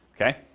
Okay